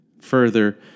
further